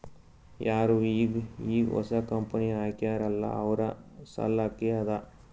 ಯಾರು ಈಗ್ ಈಗ್ ಹೊಸಾ ಕಂಪನಿ ಹಾಕ್ಯಾರ್ ಅಲ್ಲಾ ಅವ್ರ ಸಲ್ಲಾಕೆ ಅದಾ